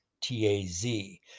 T-A-Z